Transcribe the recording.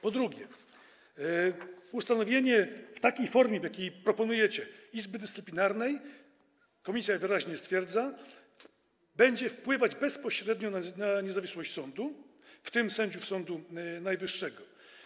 Po drugie, ustanowienie w takiej formie, w jakiej proponujecie, Izby Dyscyplinarnej - Komisja wyraźnie to stwierdza - będzie bezpośrednio wpływać na niezawisłość sądów, w tym sędziów Sądu Najwyższego.